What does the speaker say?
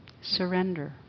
surrender